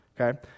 okay